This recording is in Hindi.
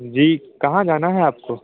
जी कहाँ जाना है आपको